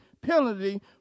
penalty